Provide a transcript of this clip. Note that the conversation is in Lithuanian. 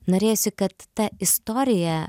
norėjosi kad ta istorija